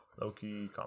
loki